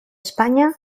españa